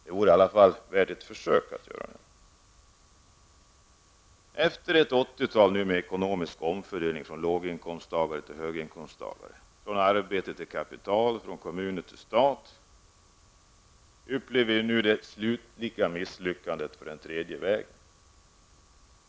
Det vore i alla fall värt ett försök. Efter ett 80-tal med ekonomisk omfördelning från låginkomsttagare till höginkomsttagare, från arbetet till kapital och från kommuner till stat upplever vi nu det slutliga misslyckandet för den tredje vägens politik.